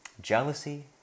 jealousy